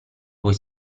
poi